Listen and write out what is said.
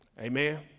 Amen